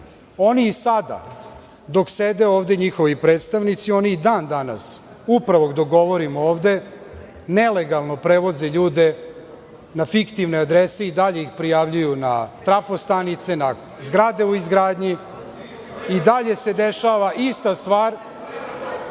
oni i sada dok sede ovde njihovi predstavnici oni i dan danas upravo dok govorimo ovde nelegalno prevoze ljude na fiktivne adrese i dalje ih prijavljuju na trafostanice, na zgrade u izgradnji i dalje se dešava ista stvar.